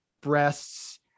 breasts